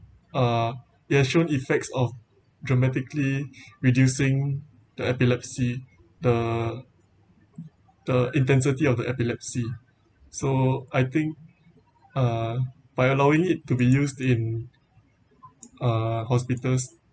uh they've shown effects of dramatically reducing the epilepsy the the intensity of the epilepsy so I think uh by allowing it to be used in uh hospitals